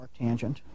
arctangent